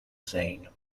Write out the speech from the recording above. zane